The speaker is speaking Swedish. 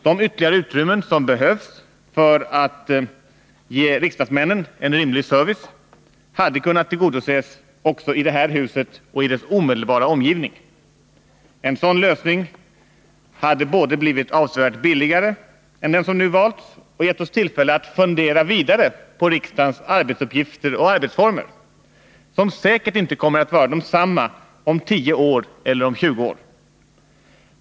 De ytterligare utrymmen som behövs för att ge riksdagsmännen en rimlig service hade kunnat tillgodoses också i det här huset och i dess omedelbara omgivning. En sådan lösning hade både blivit avsevärt billigare än den som nu valts och gett oss tillfälle att fundera vidare på riksdagens arbetsuppgifter och arbetsformer, som säkerligen inte kommer att vara desamma om tio eller tjugo år.